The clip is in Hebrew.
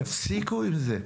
תפסיקו עם זה.